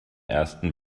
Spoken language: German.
ersten